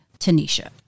Tanisha